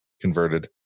converted